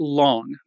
long